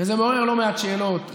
זה מעורר לא מעט שאלות,